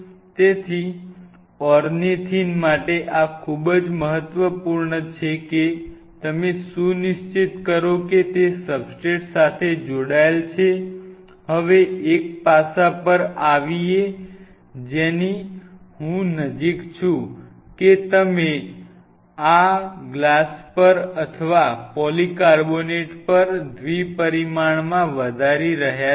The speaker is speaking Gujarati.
તેથી ઓર્નિથિન માટે આ ખૂબ જ મહત્વપૂર્ણ છે કે તમે સુનિશ્ચિત કરો કે તે સબસ્ટ્રેટ સાથે જોડાયેલ છે હવે એક પાસા પર આવીએ જેની હું નજીક છું કે તમે ગ્લાસ પર અથવા પોલીકાર્બોનેટ પર દ્રિપરિમાણમાં વધારી રહ્યા છો